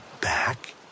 back